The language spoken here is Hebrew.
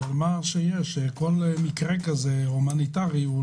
כל מקרה הומניטרי כזה הוא